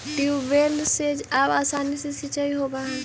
tubewell से अब आसानी से सिंचाई होवऽ हइ